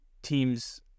Teams